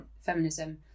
feminism